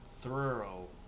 thorough